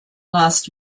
last